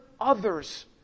others